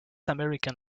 american